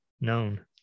known